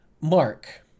Mark